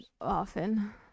often